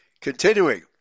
Continuing